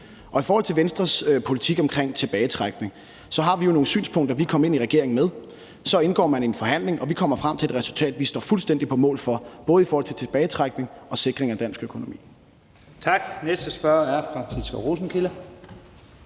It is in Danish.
I forhold til Venstres politik om tilbagetrækning har vi jo nogle synspunkter, vi kom ind i regeringen med. Så indgår man i en forhandling, og vi kommer frem til et resultat, vi står fuldstændig på mål for, både i forhold til tilbagetrækning og sikring af dansk økonomi.